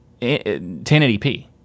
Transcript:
1080p